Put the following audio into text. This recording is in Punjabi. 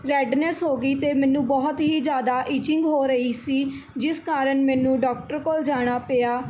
ਰੈਡਨੈਸ ਹੋ ਗਈ ਤੇ ਮੈਨੂੰ ਬਹੁਤ ਹੀ ਜਿਆਦਾ ਇਚਿੰਗ ਹੋ ਰਹੀ ਸੀ ਜਿਸ ਕਾਰਨ ਮੈਨੂੰ ਡੋਕਟਰ ਕੋਲ਼ ਜਾਣਾ ਪਿਆ